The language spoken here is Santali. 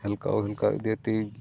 ᱦᱮᱞᱠᱟᱣ ᱦᱮᱞᱠᱟᱣ ᱤᱫᱤᱭᱟ ᱛᱤ